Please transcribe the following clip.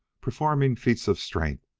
performing feats of strength,